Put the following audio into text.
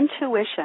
Intuition